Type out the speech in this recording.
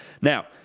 Now